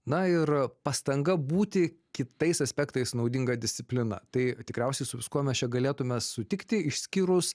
na ir pastanga būti kitais aspektais naudinga disciplina tai tikriausiai su viskuo mes čia galėtume sutikti išskyrus